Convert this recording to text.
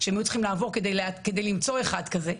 שהם היו צריכים לעבור כדי למצוא אחד כזה,